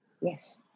Yes